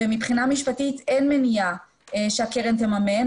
ומבחינה משפטית אין מניעה שהקרן תממן.